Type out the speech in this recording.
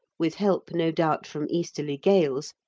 with help no doubt from easterly gales,